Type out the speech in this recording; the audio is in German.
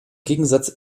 gegensatz